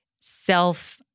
self-